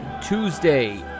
Tuesday